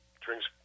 drinks